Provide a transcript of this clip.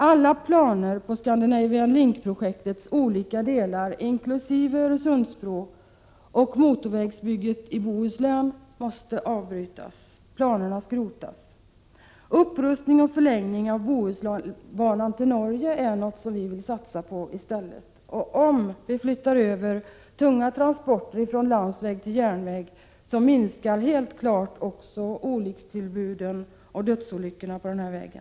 Alla planer på Scandinavian Link-projektets olika delar inkl. Öresundsbro och motorvägsbygget i Bohuslän måste avbrytas och planerna skrotas. Upprustning och förlängning av Bohusbanan till Norge är något som vi vill satsa på i stället. Om tunga transporter flyttas över från landsväg till järnväg minskar helt klart olyckstillbuden och dödsolyckorna på denna väg.